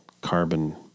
carbon